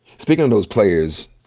speakin' of those players,